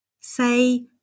Say